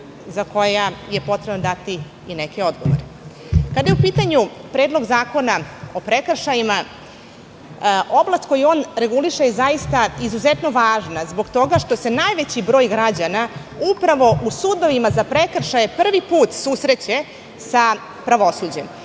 na koja je potrebno dati i neke odgovore. Kada je u pitanju Predlog zakona o prekršajima, oblast koju on reguliše je izuzetno važna zbog toga što se najveći broj građana upravo u sudovima za prekršaje prvi put susreće sa pravosuđem.